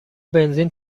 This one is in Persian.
بنزین